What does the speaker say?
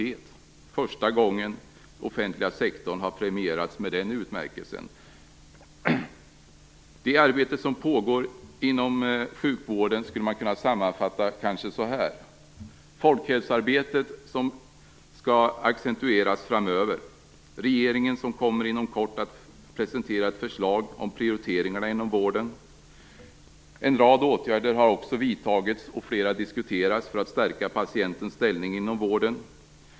Det är första gången som den offentliga sektorn har premierats med den utmärkelsen. Det arbete som pågår inom sjukvården skulle kanske kunna sammanfattas på följande sätt. Folkhälsoarbetet skall accentueras framöver. Regeringen kommer inom kort att presentera ett förslag om prioriteringarna inom vården. En rad åtgärder har redan vidtagits, och fler diskuteras, för att stärka patientens ställning inom vården.